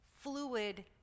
Fluid